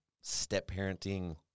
step-parenting